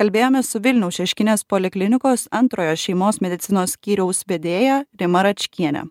kalbėjome su vilniaus šeškinės poliklinikos antrojo šeimos medicinos skyriaus vedėja rima račkiene